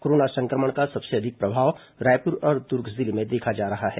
corona संक्रमण का सबसे अधिक प्रभाव रायपुर और दुर्ग जिले में देखा जा रहा है